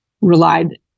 relied